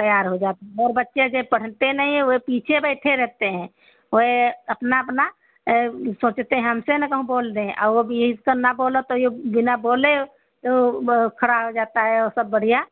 तैयार हो जाते हैं वह बच्चे जो पढ़ते नहीं हैं वे पीछे बैठे रहते हैं वे ये अपना अपना सोचते हैं हमसे ना कहूँ बोल दें औ अब यही से ना बोलो तो यह बिना बोले तो वह खड़ा हो जाता है औ सब बढ़िया